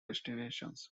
destinations